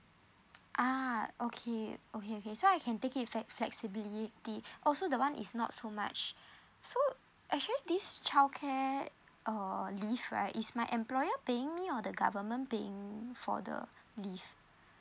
ah okay okay okay so I can take it flex~ flexibility also the one is not so much so actually this childcare uh leave right is my employer paying me or the government paying for the leave